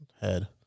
head